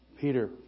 Peter